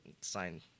sign